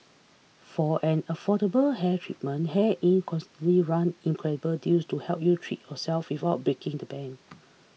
for an affordable hair treatment Hair Inc constantly run incredible deals to help you treat yourself without breaking the bank